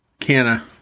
Canna